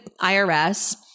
IRS